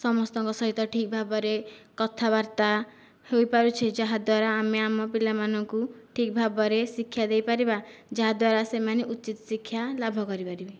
ସମସ୍ତଙ୍କ ସହିତ ଠିକ୍ ଭାବରେ କଥାବାର୍ତ୍ତା ହୋଇ ପାରୁଛେ ଯାହାଦ୍ୱାରା ଆମେ ଆମ ପିଲାମାନଙ୍କୁ ଠିକ୍ ଭାବରେ ଶିକ୍ଷା ଦେଇ ପାରିବା ଯାହାଦ୍ୱାରା ସେମାନେ ଉଚିତ ଶିକ୍ଷା ଲାଭ କରିପାରିବେ